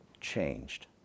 changed